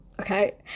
okay